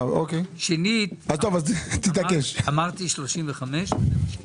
שנית, אמרתי 35. 35,